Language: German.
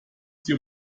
sie